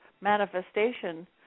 manifestation